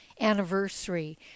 anniversary